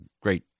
great